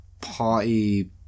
party